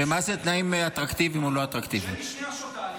אני נראה לך כמו מישהו שצריך עוד קפה?